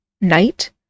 Night